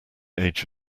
age